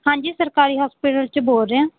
ਹਾਂਜੀ ਸਰਕਾਰੀ ਹੋਸਪੀਟਲ 'ਚ ਬੋਲ ਰਹੇ ਹਾਂ